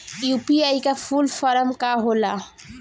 UPI का full form का होला?